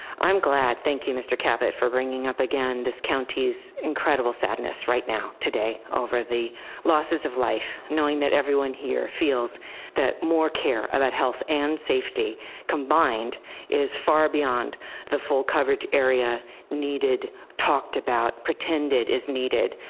i'm glad. thank you, mr. cavett for bringing up again. this county's incredible sadness right now today over the losses of life, knowing that everyone here feels that more care about health and safety combined is far beyond the full coverage area needed. talked about pretended is needed.